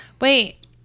Wait